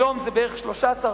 היום זה בערך 13%,